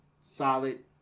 Solid